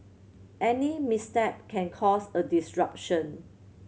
any misstep can cause a disruption